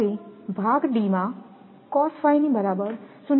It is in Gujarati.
હવે ભાગ d માં 0